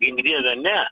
gink dieve ne